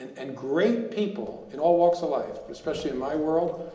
and and great people, in all walks of life, especially in my world,